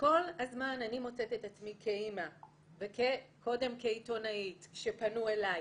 וכל הזמן אני מוצאת את עצמי כאימא וקודם כעיתונאית שפנו אליי